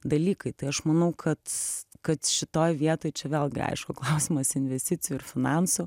dalykai tai aš manau kad kad šitoj vietoj čia vėlgi aišku klausimas investicijų ir finansų